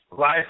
life